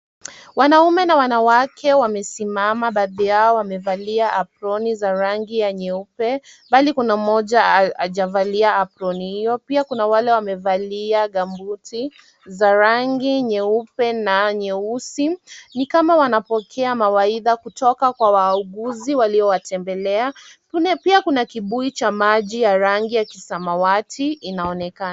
Wanaume na wanawake wamesimama baadhi yao wamevalia aproni za rangi ya nyeupe. Bali kuna mmoja ajavalia aproni hiyo. Pia kuna wale wamevalia gambuti za rangi nyeupe na nyeusi ni kama wanapokea mawaidha kutoka kwa wauguzi walio watembelea. Pia kuna kibuyu cha maji ya rangi ya kisamawati inaonekana.